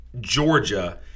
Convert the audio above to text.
Georgia